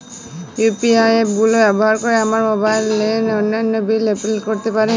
UPI app গুলো ব্যবহার করে আমরা মোবাইল নিল এবং অন্যান্য বিল গুলি পে করতে পারি